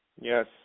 Yes